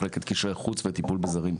מחלקת קשרי חוץ וטיפול בזרים.